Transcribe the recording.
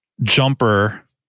jumper